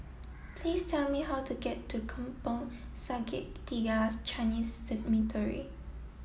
please tell me how to get to Kampong Sungai Tiga Chinese Cemetery